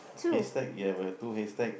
hashtag you got the two hashtag